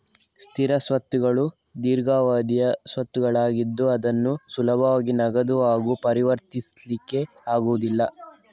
ಸ್ಥಿರ ಸ್ವತ್ತುಗಳು ದೀರ್ಘಾವಧಿಯ ಸ್ವತ್ತುಗಳಾಗಿದ್ದು ಅದನ್ನು ಸುಲಭವಾಗಿ ನಗದು ಆಗಿ ಪರಿವರ್ತಿಸ್ಲಿಕ್ಕೆ ಆಗುದಿಲ್ಲ